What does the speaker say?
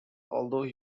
although